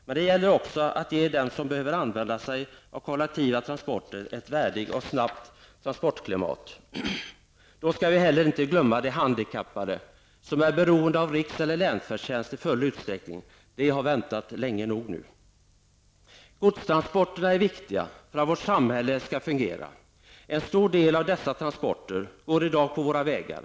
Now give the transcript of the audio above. Men det gäller också att ge den som behöver använda sig av kollektiva transporter ett transportklimat som präglas av värdighet och snabbhet. Då skall vi inte heller glömma de handikappade, som är beroende av riks eller länsfärdtjänst i full utsträckning. De har väntat länge nog nu. Godstransporterna är viktiga för att vårt samhälle skall fungera. En stor del av dessa transporter går i dag på våra vägar.